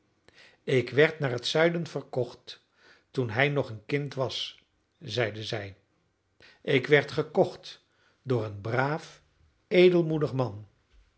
ik werd naar het zuiden verkocht toen hij nog een kind was zeide zij ik werd gekocht door een braaf edelmoedig man